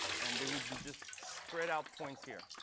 and there would be just spread out points here.